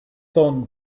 son